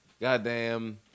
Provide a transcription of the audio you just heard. Goddamn